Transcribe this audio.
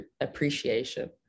appreciation